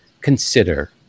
consider